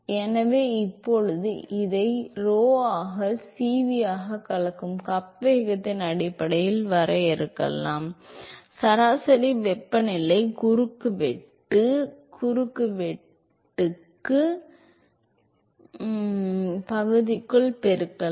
எனவே இப்போது இதை rho ஆக CV ஆக கலக்கும் கப் வேகத்தின் அடிப்படையில் வரையறுக்கலாம் சராசரி வெப்பநிலையை குறுக்குவெட்டுப் பகுதிக்குள் பெருக்கலாம்